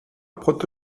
proto